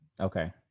Okay